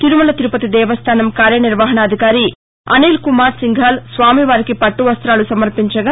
తిరుమల తిరుపతి దేవాస్థానం కార్యనిర్వహణాధికారి అనీల్ కుమార్ సింఘాల్ స్వామివారికి పట్టవస్తాలు సమర్పించగా